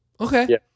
Okay